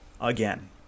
again